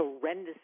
horrendous